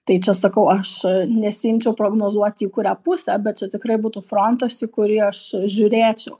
tai čia sakau aš nesiimčiau prognozuoti į kurią pusę bet čia tikrai būtų frontas į kurį aš žiūrėčiau